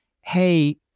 Hey